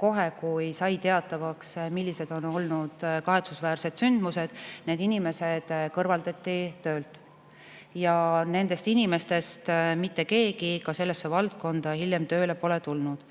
kohe, kui sai teatavaks, millised on olnud kahetsusväärsed sündmused, need inimesed kõrvaldati töölt. Nendest inimestest pole mitte keegi sellesse valdkonda hiljem tööle tagasi tulnud.